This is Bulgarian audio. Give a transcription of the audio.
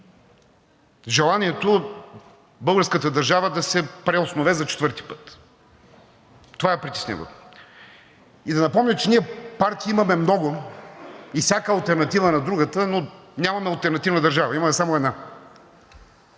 желанието българската държава да се преоснове за четвърти път – това е притеснителното. И да напомня, че ние партии имаме много и всяка е алтернатива на другата, но нямаме алтернативна държава, имаме само една.